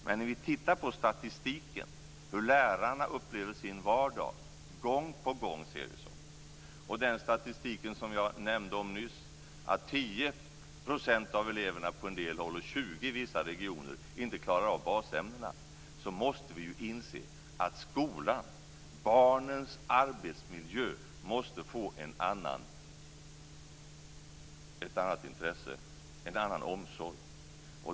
Men när vi tittar på statistiken över hur lärarna upplever sin vardag och den statistik som jag nämnde nyss, att 10 % av eleverna på en del håll och 20 % i vissa regioner inte klarar av basämnen, måste vi ju inse att skolan - barnens arbetsmiljö - måste få ett annat intresse och en annan omsorg.